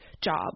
job